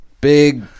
Big